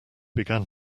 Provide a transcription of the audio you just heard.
began